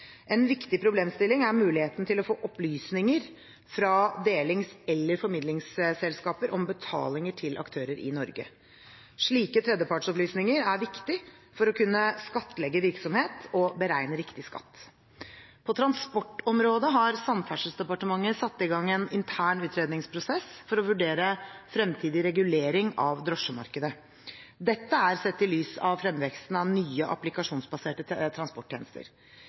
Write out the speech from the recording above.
En viktig problemstilling er muligheten til å få opplysninger fra delings- eller formidlingsselskaper om betalinger til aktører i Norge. Slike tredjepartsopplysninger er viktige for å kunne skattlegge virksomheten og beregne riktig skatt. På transportområdet har Samferdselsdepartementet satt i gang en intern utredningsprosess for å vurdere fremtidig regulering av drosjemarkedet, sett i lys av fremveksten av nye applikasjonsbaserte transporttjenester.